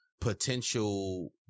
potential